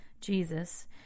Jesus